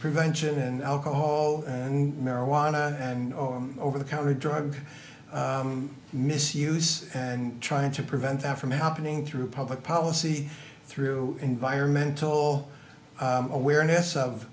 prevention and alcohol and marijuana and over the counter drug misuse and trying to prevent that from happening through public policy through environmental awareness of